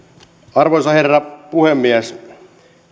arvoisa herra puhemies